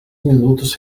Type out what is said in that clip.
minutos